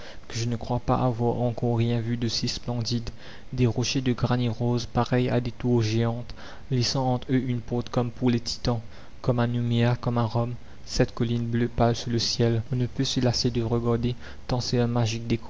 que je ne crois pas avoir encore rien vu d'aussi splendide des rochers de granit rose pareils à des tours géantes laissant entre eux une porte comme pour les titans comme à nouméa comme à rome sept collines bleu pâle sous le ciel on ne peut se lasser de regarder tant c'est un magique